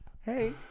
hey